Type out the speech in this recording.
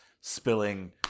spilling